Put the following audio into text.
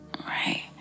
right